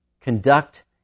conduct